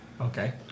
Okay